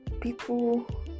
people